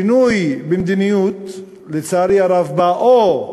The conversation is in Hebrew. שינוי במדיניות, לצערי הרב, בא או